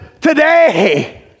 today